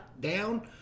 down